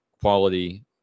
quality